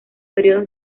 periodos